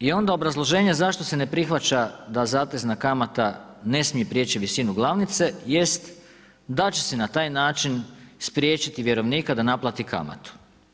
I onda obrazloženje zašto se ne prihvaća da zatezna kamata ne smije prijeći visinu glavnice jest da će se na taj način spriječiti vjerovnika da naplati kamatu.